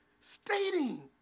stating